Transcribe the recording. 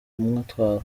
kumutwara